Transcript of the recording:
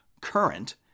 current